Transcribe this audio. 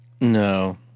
No